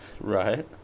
Right